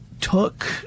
took